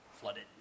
flooded